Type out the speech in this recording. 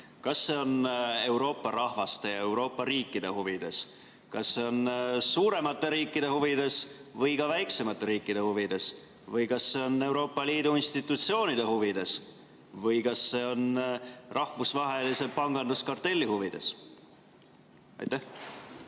Kas see on Euroopa rahvaste, Euroopa riikide huvides? Kas see on suuremate riikide huvides või ka väiksemate riikide huvides või kas see on Euroopa Liidu institutsioonide huvides või kas see on rahvusvahelise panganduskartelli huvides? Aitäh,